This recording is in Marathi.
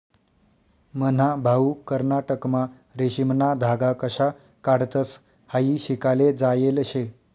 मन्हा भाऊ कर्नाटकमा रेशीमना धागा कशा काढतंस हायी शिकाले जायेल शे